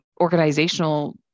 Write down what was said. organizational